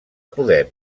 podem